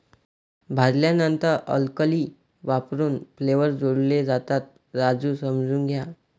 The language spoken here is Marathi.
भाजल्यानंतर अल्कली वापरून फ्लेवर्स जोडले जातात, राजू समजून घ्या